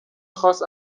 خاص